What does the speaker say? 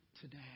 today